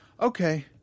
Okay